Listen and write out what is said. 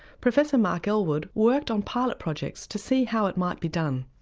professor mark elwood worked on pilot projects to see how it might be done.